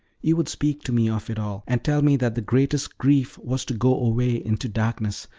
you would speak to me of it all, and tell me that the greatest grief was to go away into darkness,